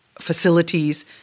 facilities